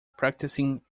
practising